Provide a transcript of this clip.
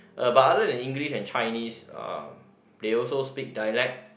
uh but other than English and Chinese uh they also speak dialect